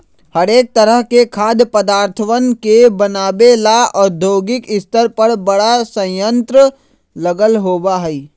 हरेक तरह के खाद्य पदार्थवन के बनाबे ला औद्योगिक स्तर पर बड़ा संयंत्र लगल होबा हई